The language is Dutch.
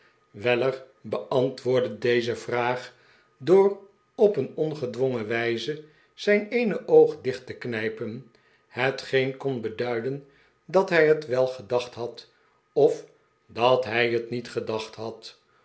weller beantwoordde deze vraag door op een ongedwongen wijze zijn eene oog dicht te knijpen hetgeen kon beduiden dat hij het wel gedacht had of dat hij het niet gedacht had